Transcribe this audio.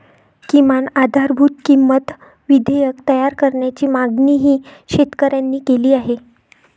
किमान आधारभूत किंमत विधेयक तयार करण्याची मागणीही शेतकऱ्यांनी केली आहे